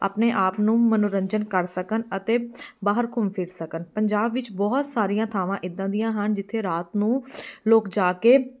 ਆਪਣੇ ਆਪ ਨੂੰ ਮਨੋਰੰਜਨ ਕਰ ਸਕਣ ਅਤੇ ਬਾਹਰ ਘੁੰਮ ਫਿਰ ਸਕਣ ਪੰਜਾਬ ਵਿੱਚ ਬਹੁਤ ਸਾਰੀਆਂ ਥਾਵਾਂ ਇੱਦਾਂ ਦੀਆਂ ਹਨ ਜਿੱਥੇ ਰਾਤ ਨੂੰ ਲੋਕ ਜਾ ਕੇ